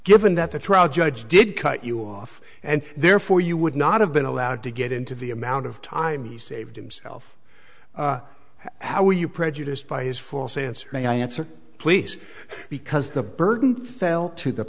given that the trial judge did cut you off and therefore you would not have been allowed to get into the amount of time he saved himself how were you prejudiced by his false answer may i answer please because the burden fell to the